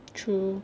true